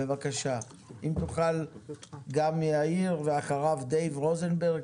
אחריו דייב רוזנברג.